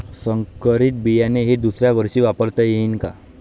संकरीत बियाणे हे दुसऱ्यावर्षी वापरता येईन का?